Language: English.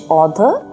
author